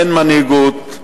אין מנהיגות.